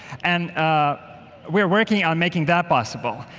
and ah we're working on making that possible.